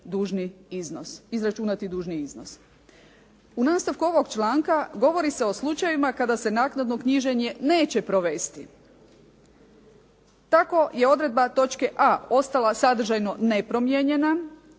U nastavku ovog članka govori se o slučajevima kada se naknadno knjiženje neće provesti. Tako je odredba točke A ostala sadržajno nepromijenjena,